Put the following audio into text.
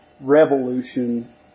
revolution